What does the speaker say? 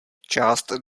část